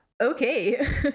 Okay